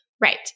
right